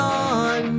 on